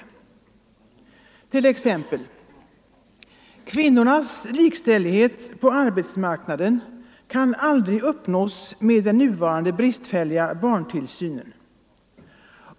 Så kan t.ex. kvinnornas likställighet på arbetsmarknaden aldrig uppnås med den nuvarande bristfälliga barntillsynen.